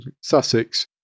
Sussex